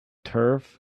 turf